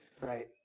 Right